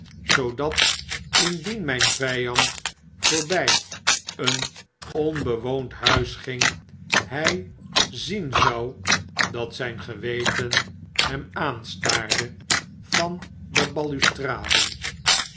zoodat indien mijn vyand voorbij een onbewoond huis ging hy zien zou dat zijn geweten hem aanstaarde van de balustraden